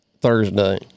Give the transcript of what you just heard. Thursday